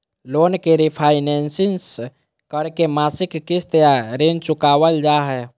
loan के refinancing करके मासिक किस्त या ऋण चुकावल जा हय